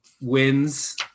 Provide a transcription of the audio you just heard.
wins